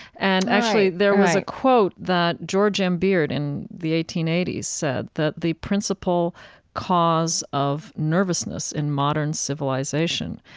and, actually, there was a quote that george m. beard in the eighteen eighty s said that the principal cause of nervousness in modern civilization,